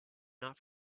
not